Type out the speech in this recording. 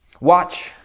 Watch